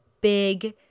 big